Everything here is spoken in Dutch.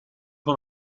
van